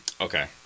Okay